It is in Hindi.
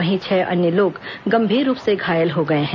वहीं छह अन्य लोग गंभीर रूप से घायल हो गए हैं